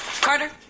Carter